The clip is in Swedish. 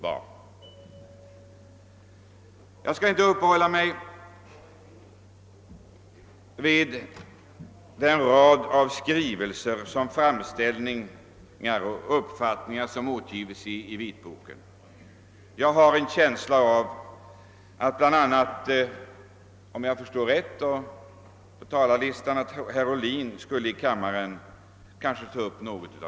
Jag skall här inte uppehålla mig vid den rad av skrivelser, framställningar och uppvaktningar som har återgivits i vitboken. Jag har en känsla av att herr Ohlin kommer att ta upp några av de frågorna.